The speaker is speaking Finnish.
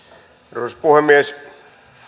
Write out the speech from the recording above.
arvoisa puhemies